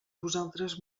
vosaltres